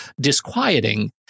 disquieting